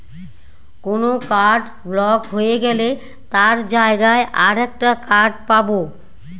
কোন card block হয়ে গেলে তার জায়গায় আর একটা কার্ড পাবো